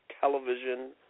Television